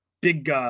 Big